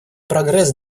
прогресс